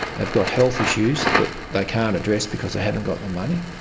they've got health issues that they can't address because they haven't got the money.